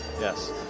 yes